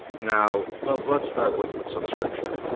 now, let's let's start with some scripture.